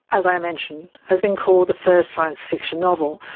as i mentioned, has been called the first science fiction novel,